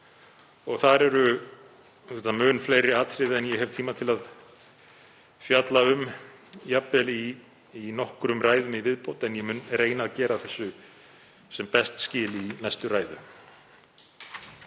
og þar eru auðvitað mun fleiri atriði en ég hef tíma til að fjalla um jafnvel í nokkrum ræðum í viðbót, en ég mun reyna að gera þessu sem best skil í næstu ræðu.